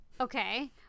Okay